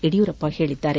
ಯಡಿಯೂರಪ್ಪ ಹೇಳಿದ್ದಾರೆ